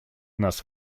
нас